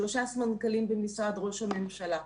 שלושה סמנכ"לים במשרד ראש הממשלה.